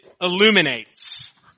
illuminates